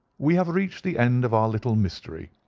we have reached the end of our little mystery.